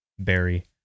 Berry